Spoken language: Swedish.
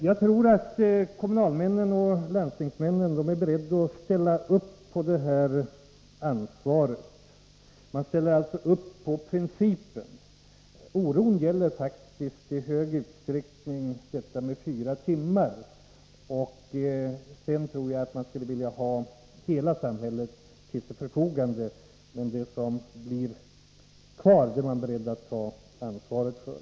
Jag tror att kommunalmännen och landstingsmännen är beredda att ställa upp på det här ansvaret. Man ställer alltså upp på principen. Oron gäller faktiskt i hög grad de fyra timmarna, och sedan tror jag att man skulle vilja ha hela samhället till sitt förfogande, men det som blir kvar är man beredd att ta ansvar för.